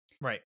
right